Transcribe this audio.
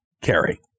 carry